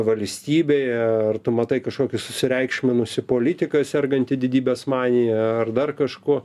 valstybėje ar tu matai kažkokį susireikšminusį politiką sergantį didybės manija ar dar kažko